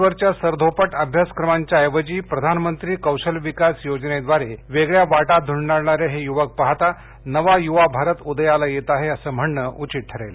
आजवरच्या सरधोपट अभ्यासक्रमांच्या ऐवजी प्रधानमंत्री कौशल विकास योजनेद्वारे वेगळया वाटा ध्वेंडाळणारे हे युवक पाहता नवा युवा भारत उदयाला येत आहे असं म्हणणं उचित ठरेल